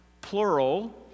plural